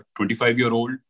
25-year-old